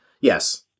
Yes